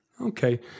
Okay